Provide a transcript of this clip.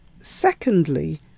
Secondly